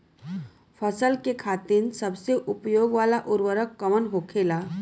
फसल के खातिन सबसे उपयोग वाला उर्वरक कवन होखेला?